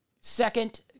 second